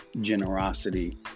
generosity